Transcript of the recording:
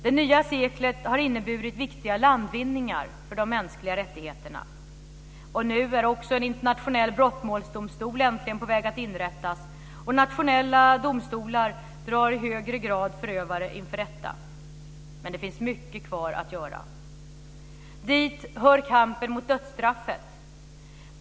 Det nya seklet har inneburit viktiga landvinningar för de mänskliga rättigheterna. Nu är också en internationell brottmålsdomstol äntligen på väg att inrättas, och nationella domstolar drar i högre grad förövare inför rätta. Men det finns mycket kvar att göra. Dit hör kampen mot dödsstraffet.